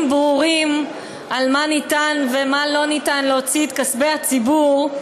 ברורים על מה ניתן ומה לא ניתן להוציא את כספי הציבור,